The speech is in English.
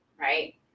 right